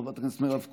חברת הכנסת מירב כהן,